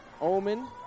Omen